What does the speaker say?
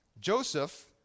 Joseph